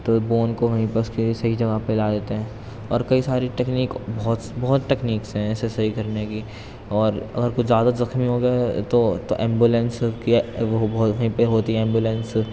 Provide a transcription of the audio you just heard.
تو بون کو وہیں پر اس کی صحیح جگہ پہ لا دیتے ہیں اور کئی ساری ٹیکنیک بہت بہت ٹیکنیکس ہیں ایسے صحیح کرنے کی اور اگر کچھ زیادہ زخمی ہو گیا ہے تو تو ایمبولینس کیا وہیں پہ ہوتی ہیں ایمبولینس